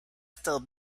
still